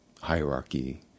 hierarchy